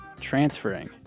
transferring